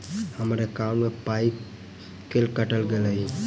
हम्मर एकॉउन्ट मे पाई केल काटल गेल एहि